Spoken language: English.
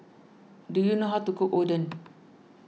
do you know how to cook Oden